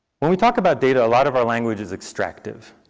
when we talk about data, a lot of our language is extracted.